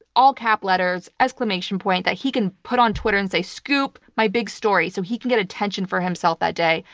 all cap letters, exclamation point, that he can put on twitter and say, scoop! my big story! so he can get attention for himself that day,